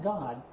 God